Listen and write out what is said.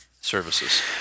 services